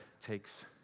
takes